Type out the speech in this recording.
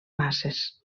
masses